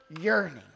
yearning